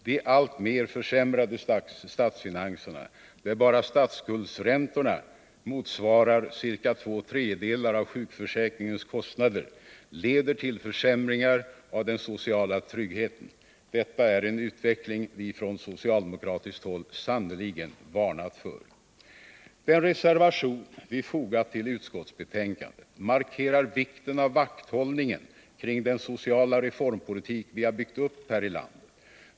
De alltmer försämrade statsfinanserna — där bara statsskuldräntorna motsvarar ca två tredjedelar av sjukförsäkringens kostnader — leder till försämringar av den sociala tryggheten. Detta är en utveckling vi från socialdemokratiskt håll sannerligen har varnat för. Den reservation vi fogat till utskottsbetänkandet markerar vikten av att slå vakt om den sociala reformpolitik vi byggt upp här i landet.